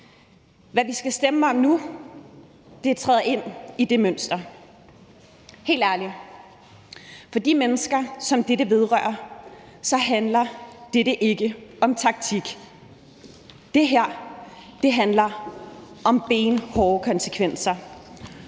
Hvad vi skal stemme om nu, træder ind i det mønster. Helt ærligt, for de mennesker, som dette vedrører, handler det ikke om taktik. Det her handler om benhårde konsekvenser.